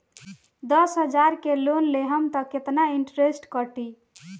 दस हजार के लोन लेहम त कितना इनट्रेस कटी?